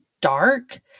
dark